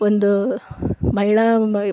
ಒಂದು ಮಹಿಳಾ